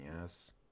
yes